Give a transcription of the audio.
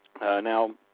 Now